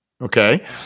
Okay